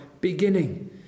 beginning